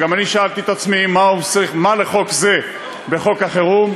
וגם אני שאלתי את עצמי מה לחוק זה בחוק החירום.